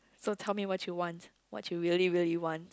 so tell me what you want what you really really want